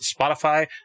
Spotify